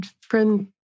friend